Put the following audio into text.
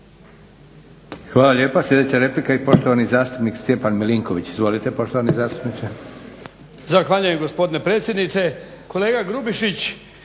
Hvala lijepa. Sljedeća replika i poštovani zastupnik Stjepan Milinković. Izvolite poštovani zastupniče. **Milinković, Stjepan (HDZ)** Zahvaljujem gospodine predsjedniče. Kolega Grubišić,